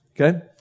Okay